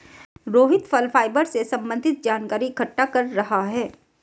रोहित फल फाइबर से संबन्धित जानकारी इकट्ठा कर रहा है